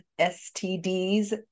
STDs